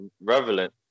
relevant